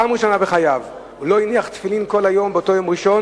פעם ראשונה בחייו הוא לא הניח תפילין כל היום באותו יום ראשון.